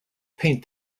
paint